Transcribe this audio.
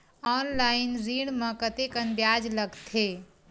Online ऋण म कतेकन ब्याज लगथे?